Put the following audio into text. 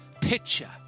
picture